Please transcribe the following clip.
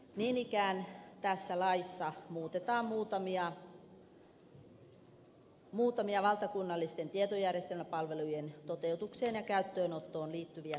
niin ikään tässä laissa muutetaan muutamia valtakunnallisten tietojärjestelmäpalvelujen toteutukseen ja käyttöönottoon liittyviä säännöksiä